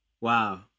wow